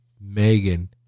megan